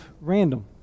random